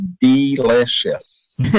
delicious